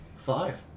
Five